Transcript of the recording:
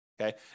okay